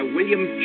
William